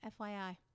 FYI